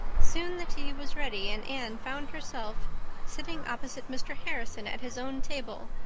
soon the tea was ready and anne found herself sitting opposite mr. harrison at his own table,